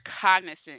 cognizant